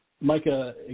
Micah